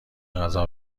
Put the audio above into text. غذا